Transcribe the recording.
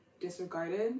disregarded